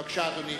בבקשה, אדוני.